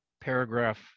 paragraph